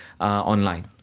online